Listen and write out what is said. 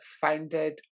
founded